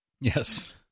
Yes